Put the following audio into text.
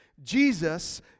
jesus